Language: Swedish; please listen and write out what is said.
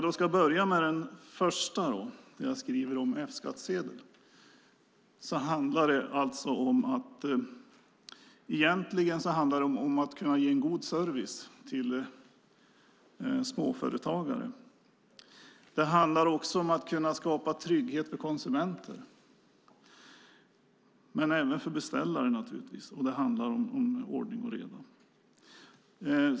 Låt mig börja med den första motionen om F-skattsedeln. Egentligen handlar det om att ge god service till småföretagare. Det handlar också om att skapa trygghet för konsumenter och för beställare, och det handlar om ordning och reda.